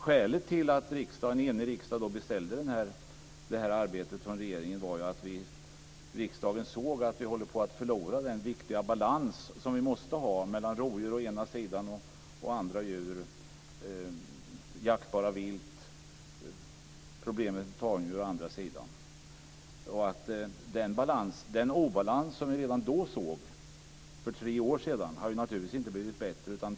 Skälet till att en enig riksdag beställde detta arbete från regeringen var ju att riksdagen såg att den viktiga balans som vi måste ha höll på att gå förlorad, balansen mellan rovdjur och andra djur, mellan jaktbara vilda djur och tamdjur. Den obalans som fanns redan för tre år sedan har naturligtvis inte blivit bättre.